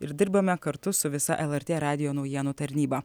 ir dirbame kartu su visa lrt radijo naujienų tarnyba